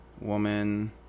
woman